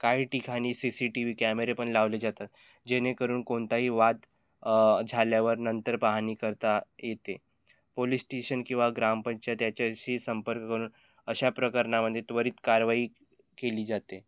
काही ठिकाणी C C T V कॅमेरे पण लावले जातात जेणेकरून कोणताही वाद झाल्यावर नंतर पाहणी करता येते पोलिस स्टेशन किंवा ग्रामपंचायत याच्याशी संपर्क करून अशा प्रकरणामध्ये त्वरित कारवाई केली जाते